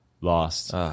lost